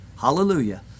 Hallelujah